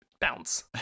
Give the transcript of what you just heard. bounce